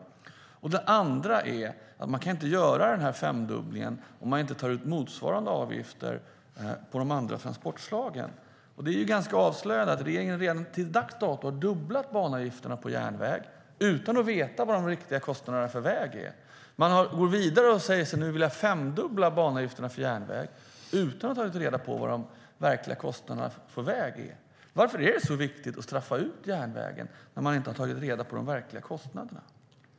För det andra kan man inte göra den här femdubblingen om man inte tar ut motsvarande avgifter på de andra transportslagen. Det är ganska avslöjande. Regeringen har till dags dato dubblat avgifterna på järnväg utan att veta de riktiga kostnaderna för väg är. Man går vidare och säger sig nu vilja femdubbla banavgifterna för järnväg utan att ha tagit reda på vad de verkliga kostnaderna på väg är. Varför är det så viktigt att straffa ut järnvägen när man inte har tagit reda på de verkliga kostnaderna?